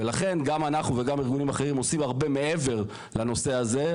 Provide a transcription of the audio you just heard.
ולכן גם אנחנו וגם ארגונים אחרים עושים הרבה מעבר לנושא הזה.